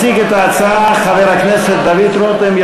יציג את ההצעה חבר הכנסת דוד רותם,